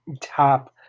top